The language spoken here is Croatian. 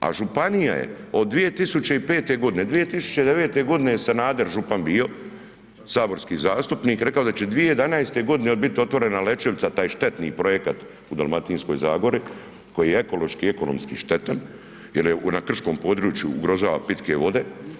A županija je od 2005. godine, 2009. je Sanader župan bio, saborski zastupnik, rekao je da će 2011. godine bit otvorena Lećevica taj štetni projekat u Dalmatinskoj zagori koji je ekološki i ekonomski štetan jer je na krškom području ugrožava pitke vode.